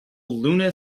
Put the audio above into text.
luna